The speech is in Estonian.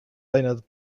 ained